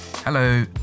Hello